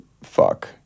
fuck